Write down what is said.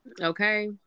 Okay